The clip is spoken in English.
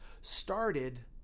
started